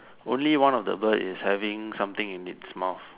only one of the bird is having something in its mouth